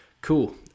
Cool